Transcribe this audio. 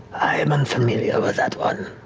am unfamiliar with that one.